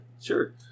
sure